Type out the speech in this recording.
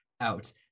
out